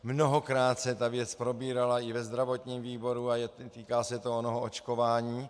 Mnohokrát se ta věc probírala i ve zdravotním výboru a týká se to onoho očkování.